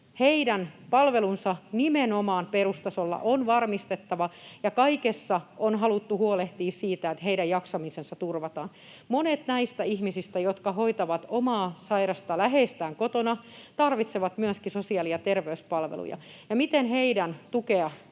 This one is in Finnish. Heidän palvelunsa nimenomaan perustasolla on varmistettava, ja kaikessa on haluttu huolehtia siitä, että heidän jaksamisensa turvataan. Monet näistä ihmisistä, jotka hoitavat omaa sairasta läheistään kotona, tarvitsevat myöskin sosiaali- ja terveyspalveluja, ja se, miten heidän tukeaan